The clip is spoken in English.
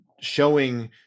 showing